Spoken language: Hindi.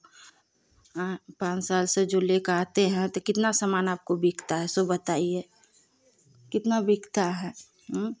पाँच साल से जो लेकर आते हैं तो कितना सामान आपको बिकता है सो बताईए कितना बिकता है ऊँ